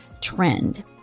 trend